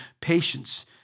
patience